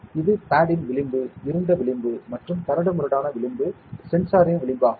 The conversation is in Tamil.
இது பேடின் விளிம்பு இருண்ட விளிம்பு மற்றும் கரடுமுரடான விளிம்பு சென்சாரின் விளிம்பாகும்